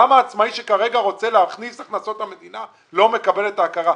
למה עצמאי שכרגע רוצה להכניס להכנסות המדינה לא מקבל את ההכרה?